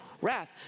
Wrath